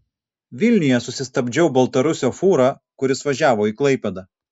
vilniuje susistabdžiau baltarusio fūrą kuris važiavo į klaipėdą